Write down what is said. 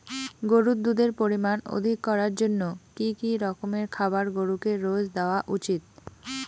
গরুর দুধের পরিমান অধিক করার জন্য কি কি রকমের খাবার গরুকে রোজ দেওয়া উচিৎ?